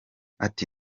ati